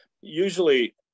Usually